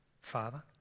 Father